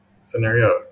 scenario